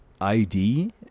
ID